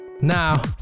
now